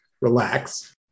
Relax